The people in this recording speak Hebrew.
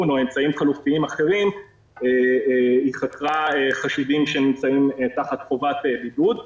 או אמצעים חלופיים אחרים חשודים שנמצאים תחת חובת בידוד.